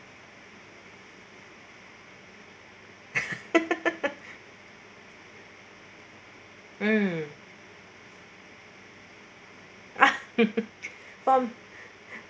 mm for